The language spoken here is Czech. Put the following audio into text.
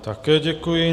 Také děkuji.